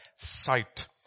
sight